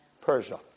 Persia